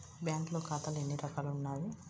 బ్యాంక్లో ఖాతాలు ఎన్ని రకాలు ఉన్నావి?